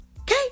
Okay